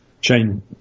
chain